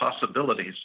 possibilities